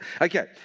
Okay